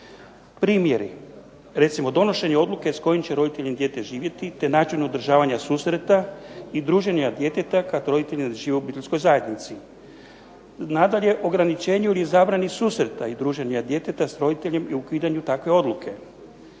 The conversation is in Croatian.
Primjeri, recimo donošenje odluke s kojim će roditeljem dijete živjeti, te način održavanja susreta i druženja djeteta kad roditelji ne žive u obiteljskoj zajednici. Nadalje, ograničenju ili zabrani susreta i druženja djeteta s roditeljem i ukidanjem takve odluke.